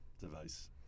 device